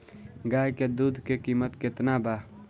गाय के दूध के कीमत केतना बा?